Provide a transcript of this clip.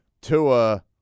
Tua